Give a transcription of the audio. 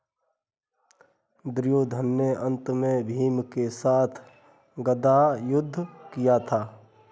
दुर्योधन ने अन्त में भीम के साथ गदा युद्ध किया था